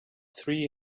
three